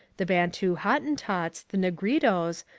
the bantu hottentots, the negritos,